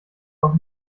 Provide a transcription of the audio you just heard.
doch